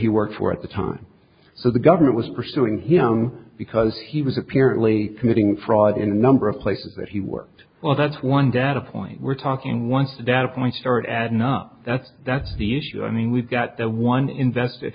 he worked for at the time so the government was pursuing him because he was apparently committing fraud in a number of places that he worked well that's one data point we're talking once the data points start adding up that that's the issue i mean we've got the one invested